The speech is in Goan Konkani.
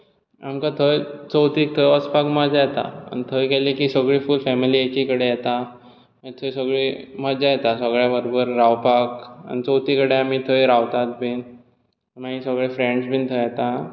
आमकां थंय चवथीक थंय वचपाक मजा येता थंय गेले की सगळी फूल फेमिली एके कडेन येता थंय सगळी मजा येता सगळ्या बरोबर रावपाक आनी चवथी कडेन आमी थंय रावतात बीन मागीर सगळे फ्रॅंड्स बीन थंय येतात